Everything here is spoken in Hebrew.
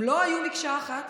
הם לא היו מקשה אחת,